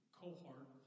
cohort